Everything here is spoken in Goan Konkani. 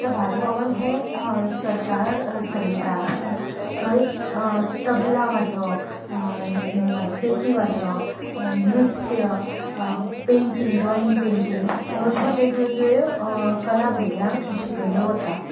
आतां बालभवन हें सरकार चलयतात थंय तबला वाजोवप मागीर पेटी वाजोवप नृत्य पेन्टिंग ड्रॉइंग पेन्टिंग ह्यो अश्यो वेग वेगळ्यो कला भुरग्यांक शिकयल्यो वता